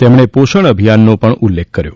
તેમણે પોષણ અભિયાનનો પણ ઉલ્લેખ કર્યો